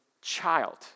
child